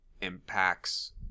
impacts